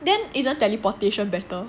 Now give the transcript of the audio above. then isn't teleportation better